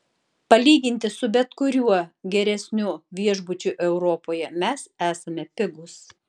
palyginti su bet kuriuo geresniu viešbučiu europoje mes esame pigūs